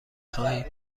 خواهیم